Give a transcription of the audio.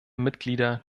mitglieder